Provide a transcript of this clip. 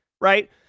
Right